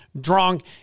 drunk